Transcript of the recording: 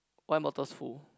wine bottle's full